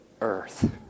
earth